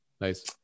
Nice